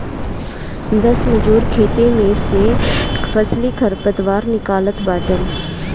दस मजूर खेते में से फसली खरपतवार निकालत बाटन